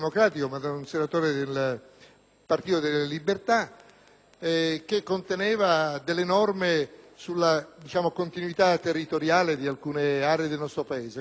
che conteneva delle norme sulla continuità territoriale di alcune aree del nostro Paese. Tale emendamento ha